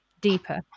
deeper